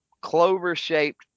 clover-shaped